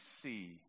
see